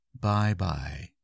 Bye-bye